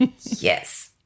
Yes